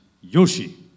Yoshi